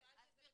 אני שאלתי את זה.